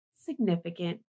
significant